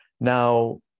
Now